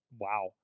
wow